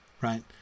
Right